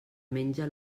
menja